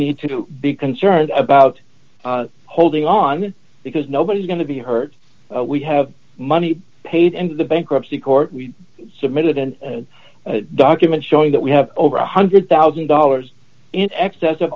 need to be concerned about holding on because nobody's going to be hurt we have money paid and the bankruptcy court we submitted an document showing that we have over one hundred thousand dollars in excess of